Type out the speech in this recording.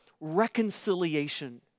reconciliation